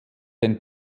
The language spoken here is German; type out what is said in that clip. den